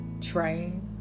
train